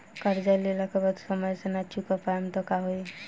कर्जा लेला के बाद समय से ना चुका पाएम त का होई?